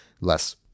less